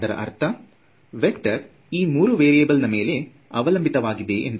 ಅದರ ಅರ್ಥ ವೆಕ್ಟರ್ ಈ ಮೂರು ವೇರಿಯೆಬಲ್ ಮೇಲೆ ಅವಲಂಬಿತ ವಾಗಿದೆ ಎಂದು